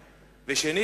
ושנית,